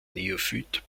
neophyt